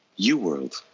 UWorld